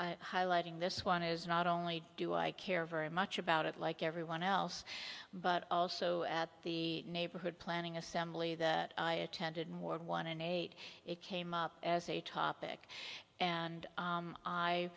highlighting this one is not only do i care very much about it like everyone else but also at the neighborhood planning assembly that i attended more than one in eight it came up as a topic and